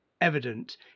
evident